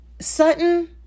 Sutton